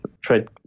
trade